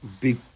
big